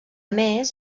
més